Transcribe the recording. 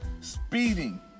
Speeding